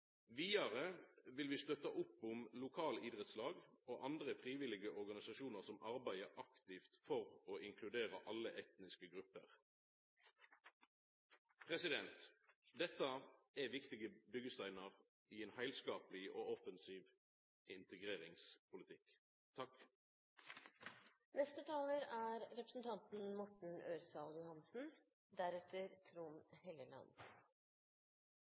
som arbeider aktivt for å inkludera alle etniske grupper. Dette er viktige byggjesteinar i ein heilskapleg og offensiv integreringspolitikk. Det er